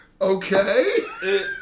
okay